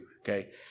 Okay